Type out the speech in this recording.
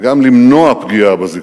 וגם למנוע פגיעה בזיכרון.